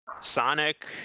Sonic